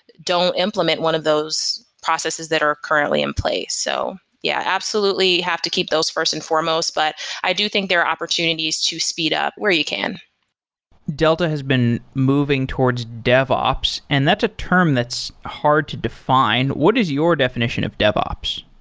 don't implement one of those processes that are currently in place. so yeah, absolutely you have to keep those first and foremost. but i do think there are opportunities to speed up where you can delta has been moving towards devops. and that's a term that's hard to define. what is your definition of devops?